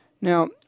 Now